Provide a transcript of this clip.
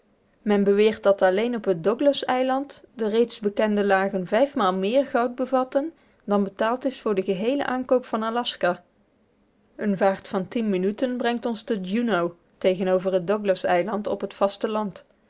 men beweert dat alleen op het douglaseiland de reeds bekende lagen vijfmaal meer goud bevatten dan betaald is voor den geheelen aankoop van aljaska een vaart van tien minuten brengt ons te juneau tegenover het douglaseiland op het vasteland